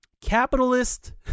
capitalist